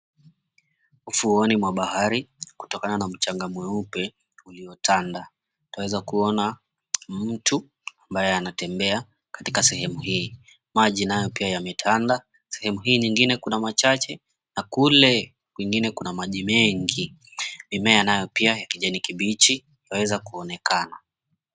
Ufuoni mwa bahari kutokana na mchanga mweupe uliotanda, twaweza kuona mtu ambaye anatembea katika sehemu hii. Maji nayo pia yametanda. Sehemu hii nyingine kuna machache na kule kwingine kuna maji mengi. Mimea nayo pia ya kijani kibichi yaweza kuonekana.